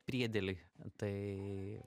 priedėliai tai